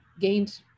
gained